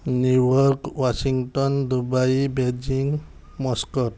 New York Washington Dubai Beijing Muscat